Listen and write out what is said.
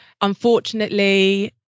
Unfortunately